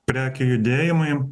prekių judėjimui